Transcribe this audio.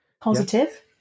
Positive